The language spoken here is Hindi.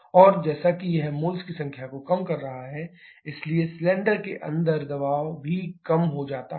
और जैसा कि यह मोल्स की संख्या को कम कर रहा है इसलिए सिलेंडर के अंदर दबाव भी कम हो जाएगा